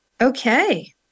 Okay